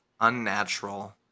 unnatural